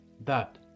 That